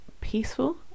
Peaceful